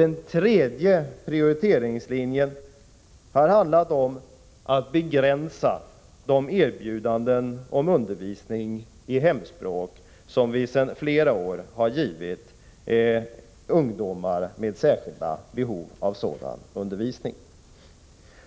Den tredje principen handlar om att begränsa erbjudandena om undervisning i hemspråk.